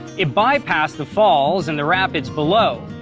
it bypassed the falls and the rapids below.